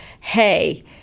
hey